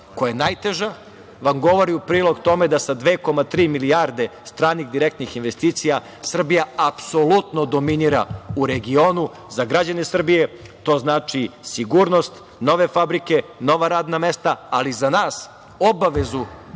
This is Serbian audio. koja je najteža vam govori u prilog tome da sa 2,3 milijarde stranih direktnih investicija Srbija apsolutno dominira u regionu. Za građane Srbije, to znači sigurnost, nove fabrike, nova radna mesta, ali za nas obavezu